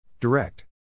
Direct